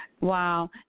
Wow